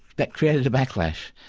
that created a backlash,